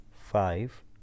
five